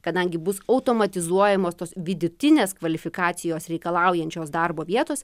kadangi bus automatizuojamos tos vidutinės kvalifikacijos reikalaujančios darbo vietos